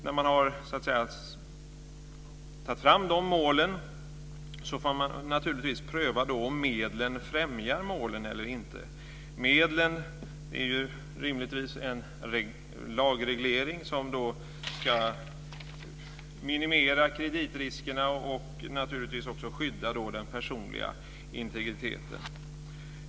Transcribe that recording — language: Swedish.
När man har tagit fram dessa mål får man naturligtvis pröva om medlen främjar målen eller inte. Medlen är rimligtvis en lagreglering som ska minimera kreditriskerna och också skydda den personliga integriteten.